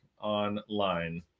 online